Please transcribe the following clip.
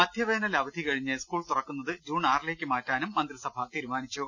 മധ്യവേനൽ അവധി കഴിഞ്ഞ് സ്കൂൾ തുറക്കുന്നത് ജൂൺ ആറി ലേക്ക് മാറ്റാനും മന്ത്രിസഭ തീരുമാനിച്ചു